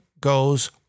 goes